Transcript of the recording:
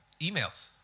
Emails